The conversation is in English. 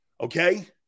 Okay